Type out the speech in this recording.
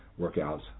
Workouts